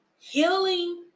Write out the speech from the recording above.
Healing